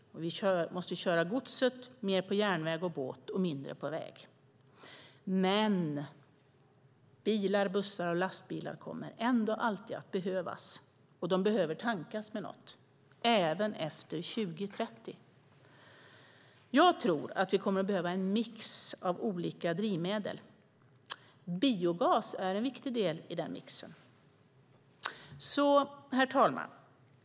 Vi måste köra godset mer på järnväg och båt och mindre på väg. Bilar, bussar och lastbilar kommer ändå alltid att behövas, och de behöver tankas med något även efter 2030. Jag tror att vi kommer att behöva en mix av olika drivmedel. Biogas är en viktig del i den mixen. Herr talman!